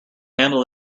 handle